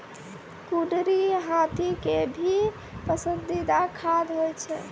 कुनरी हाथी के भी पसंदीदा खाद्य होय छै